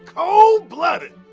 cold blooded.